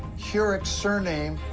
hurech's surname,